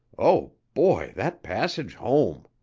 oh, boy, that passage home!